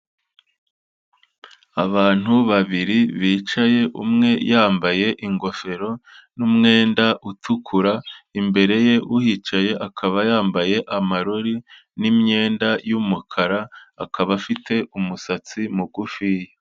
Abantu babiri bicaye, umwe yambaye ingofero n'umwenda utukura, imbere ye uhicaye akaba yambaye amarori n'imyenda y'umukara, akaba afite umusatsi mugufiya.